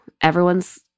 Everyone's